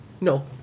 No